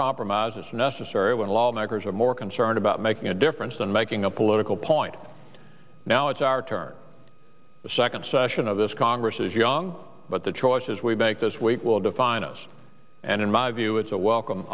compromises necessary when lawmakers are more concerned about making a difference than making a political point now it's our turn the second session of this congress is young but the choices we make this week will define us and in my view it's a welcome